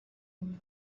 umwe